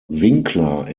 winkler